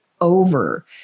over